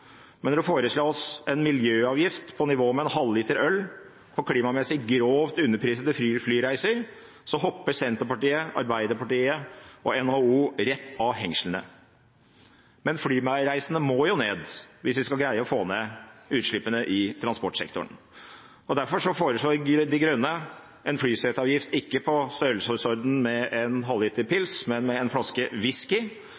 men når det foreslås en miljøavgift på nivå med en halvliter øl på klimamessig grovt underprisede flyreiser, hopper Senterpartiet, Arbeiderpartiet og NHO rett av hengslene. Men antall flyreiser må ned hvis vi skal greie å få ned utslippene i transportsektoren. Derfor foreslår De Grønne en flyseteavgift ikke i størrelsesorden med en halvliter pils, men med en flaske